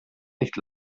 nicht